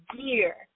gear